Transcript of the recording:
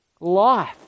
life